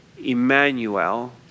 Emmanuel